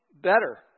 better